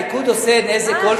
הליכוד עושה נזק כל,